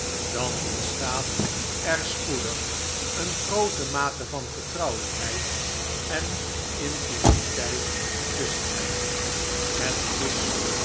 dan ontstaat er spoedig een groote mate van vertrouwelijkheid en intimiteit tusschen hen het is